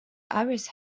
ayres